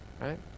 right